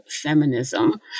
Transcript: feminism